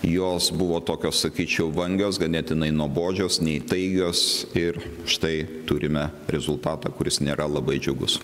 jos buvo tokios sakyčiau vangios ganėtinai nuobodžios neįtaigios ir štai turime rezultatą kuris nėra labai džiugus